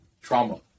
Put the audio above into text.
trauma